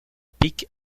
pic